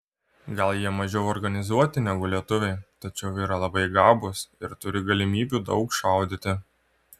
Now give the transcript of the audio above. gal jie mažiau organizuoti negu lietuviai tačiau yra labai gabūs ir turi galimybių daug šaudyti